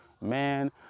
man